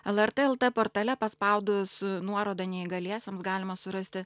lrt lt portale paspaudus nuorodą neįgaliesiems galima surasti